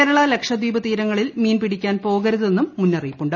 കേരള ലക്ഷദ്വീപ് തീരങ്ങളിൽ മീൻപിടിക്കാൻ പോകരുതെന്നും മുന്നറിയിപ്പ് ഉണ്ട്